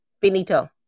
Benito